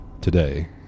Today